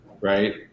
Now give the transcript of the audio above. right